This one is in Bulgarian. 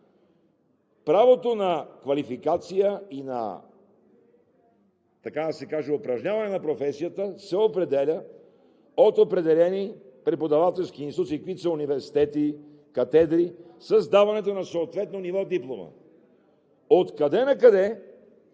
правото на квалификация и на, така да се каже, упражняване на професията да се определя от определени преподавателски институции, каквито са университети, катедри с даването на съответно ниво диплома. Откъде накъде